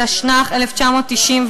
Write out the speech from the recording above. התשנ"ח 1998,